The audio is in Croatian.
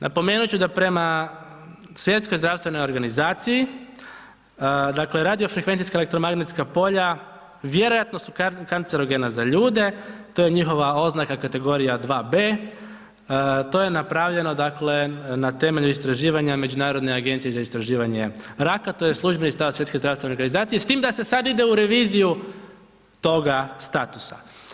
Napomenut ću da prema Svjetskoj zdravstvenoj organizaciji, dakle radio-frekvencijska elektromagnetska polja, vjerojatno su kancerogena za ljude, to je njihova oznaka, kategorija 2B, to je napravljeno dakle na temelju istraživanja Međunarodne agencije za istraživanje raka, to je službeni stav od Svjetske zdravstvene organizacije s tim da se sad ide u reviziju toga statusa.